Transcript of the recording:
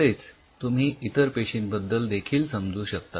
असेच तुम्ही इतर पेशिंबद्दल देखील समजू शकता